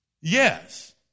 Yes